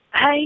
Hey